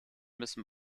müssen